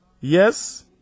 yes